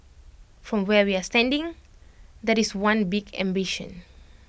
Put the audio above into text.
from where we're standing that is one big ambition